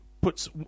puts